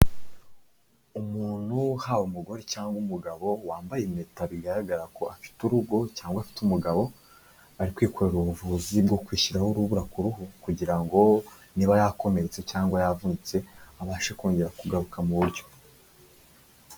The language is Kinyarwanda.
Umuntu uhawe umugore cyangwa umugabo wambaye impeta bigaragara ko afite urugo cyangwa afite umugabo, ari kwikorera ubuvuzi bwo kwishyiraho urubura ku ruhu, kugira ngo niba yakomeretse cyangwa yavunitse, abashe kongera kugaruka mu buryo.